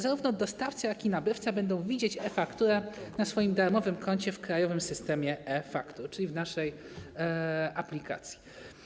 Zarówno dostawca, jak i nabywca będą widzieć e-fakturę na swoim darmowym koncie w Krajowym Systemie e-Faktur, czyli naszej aplikacji.